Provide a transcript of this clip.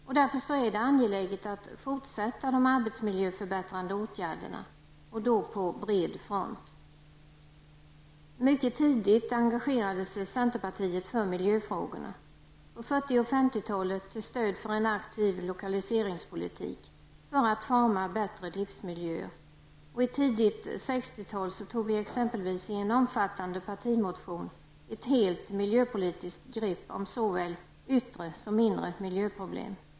Det är därför angeläget att på bred front fortsätta de arbetsmiljöförbättrande åtgärderna. Centerpartiet engagerade sig mycket tidigt för miljöfrågorna. På 1940 och 1950-talen var det till stöd för en aktiv lokaliseringspolitik för att forma bättre livsmiljöer, och i början av 1960-talet tog vi exempelvis i en omfattande partimotion ett helt miljöpolitiskt grepp om såväl yttre som inre miljöproblem.